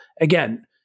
Again